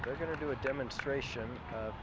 are going to do a demonstration